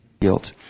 guilt